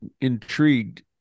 intrigued